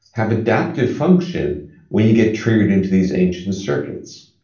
have adaptive function when you get triggered into these ancient circuits